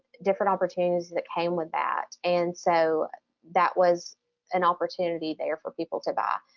different opportunities that came with that and so that was an opportunity there for people to buy.